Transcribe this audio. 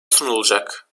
sunulacak